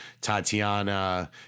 Tatiana